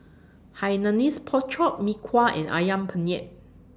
Hainanese Pork Chop Mee Kuah and Ayam Penyet